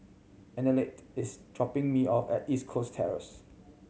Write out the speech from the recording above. Annette is dropping me off at East Coast Terrace